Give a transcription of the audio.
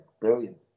brilliant